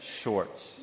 short